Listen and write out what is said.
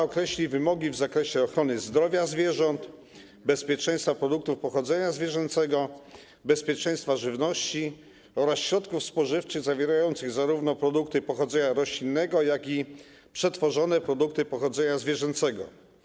Określa wymogi w zakresie ochrony zdrowia zwierząt, bezpieczeństwa produktów pochodzenia zwierzęcego, bezpieczeństwa żywności oraz środków spożywczych zawierających zarówno produkty pochodzenia roślinnego, jak i przetworzone produkty pochodzenia zwierzęcego.